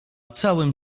całym